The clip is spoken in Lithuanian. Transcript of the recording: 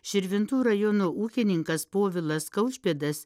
širvintų rajono ūkininkas povilas kaušpėdas